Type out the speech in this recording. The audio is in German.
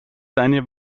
deine